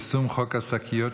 יישום חוק השקיות,